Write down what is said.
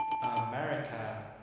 america